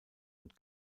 und